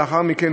ולאחר מכן,